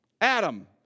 Adam